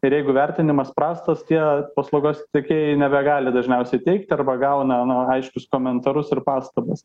ir jeigu vertinimas prastas tie paslaugos tiekėjai nebegali dažniausiai teikti arba gauna aiškius komentarus ir pastabas